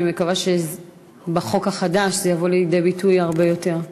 אני מקווה שבחוק החדש זה יבוא לידי ביטוי הרבה יותר.